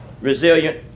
resilient